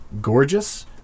gorgeous